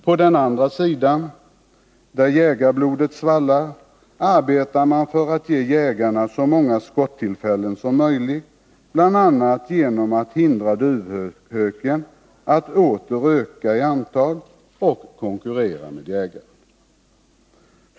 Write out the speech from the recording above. På den andra sidan, där jägarblodet svallar, arbetar man för att ge jägarna så många skottillfällen som möjligt, bl.a. genom att hindra duvhöken att åter öka i antal och konkurrera med jägaren.